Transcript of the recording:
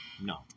No